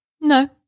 No